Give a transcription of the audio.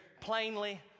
plainly